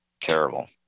Terrible